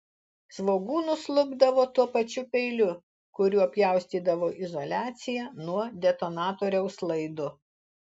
svogūnus lupdavo tuo pačiu peiliu kuriuo pjaustydavo izoliaciją nuo detonatoriaus laido